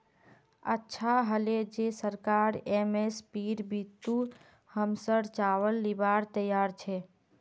अच्छा हले जे सरकार एम.एस.पीर बितु हमसर चावल लीबार तैयार छ